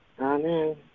Amen